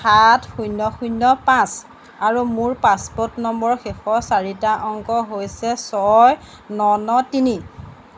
সাত শূন্য শূন্য পাঁচ আৰু মোৰ পাছপোৰ্ট নম্বৰৰ শেষৰ চাৰিটা অংক হৈছে ছয় ন ন তিনি